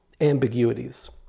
ambiguities